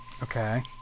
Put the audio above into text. Okay